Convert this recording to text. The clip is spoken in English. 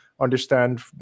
understand